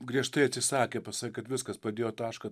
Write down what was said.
griežtai atsisakė pasakė kad viskas padėjo tašką